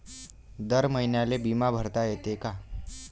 दर महिन्याले बिमा भरता येते का?